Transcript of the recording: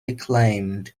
acclaimed